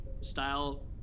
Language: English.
style